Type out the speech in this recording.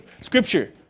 Scripture